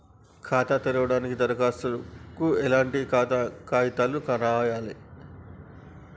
ఖాతా తెరవడానికి దరఖాస్తుకు ఎట్లాంటి కాయితాలు రాయాలే?